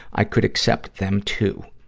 i could accept them, too.